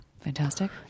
fantastic